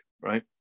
right